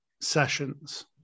sessions